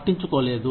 పట్టించుకోలేదు